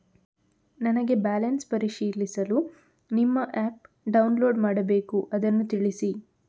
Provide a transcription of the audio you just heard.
ನನಗೆ ಬ್ಯಾಲೆನ್ಸ್ ಪರಿಶೀಲಿಸಲು ನಿಮ್ಮ ಆ್ಯಪ್ ಡೌನ್ಲೋಡ್ ಮಾಡಬೇಕು ಅದನ್ನು ತಿಳಿಸಿ?